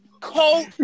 coat